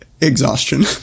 exhaustion